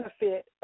benefit